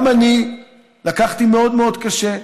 גם אני לקחתי מאוד מאוד קשה.